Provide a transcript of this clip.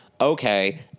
Okay